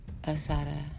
Asada